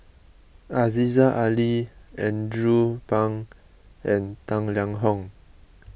Aziza Ali Andrew Phang and Tang Liang Hong